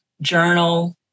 journal